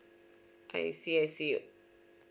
I see I see